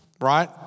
right